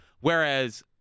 Whereas